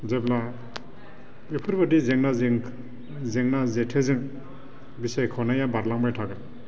जेब्ला बेफोरबायदि जेंनाजों जेथोजों बिसायख'नाया बारलांबाय थागोन